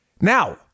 Now